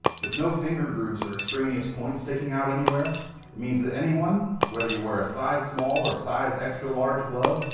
with no finger grooves or extraneous points sticking out anywhere it means that anyone, whether you wear a size small or size extra-large glove,